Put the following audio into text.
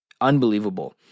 unbelievable